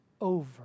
over